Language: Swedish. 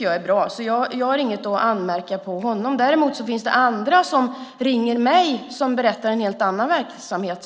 Jag har inget att anmärka på honom. Däremot finns det andra som ringer mig och berättar om en helt annan verklighet.